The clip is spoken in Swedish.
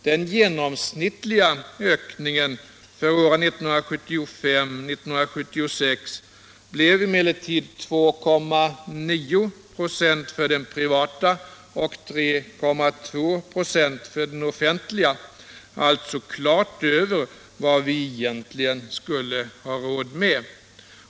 Den genomsnittliga ökningen för 1975/76 blev emellertid 2,9 96 för den privata konsumtionen och 3,2 96 för den offentliga, alltså klart mer än vad vi egentligen hade råd med.